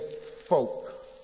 folk